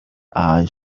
eyes